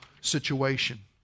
situation